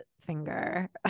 finger